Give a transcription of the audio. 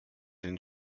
den